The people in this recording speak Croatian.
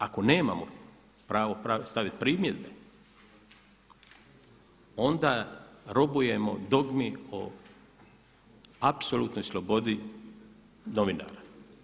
Ako nemamo pravo staviti primjedbe onda robujemo dogmi o apsolutnoj slobodi novinara.